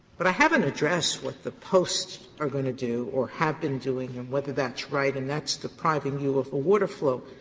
but i haven't addressed what the posts are going to do or have been doing and whether that's right, and that's depriving you of the water flow.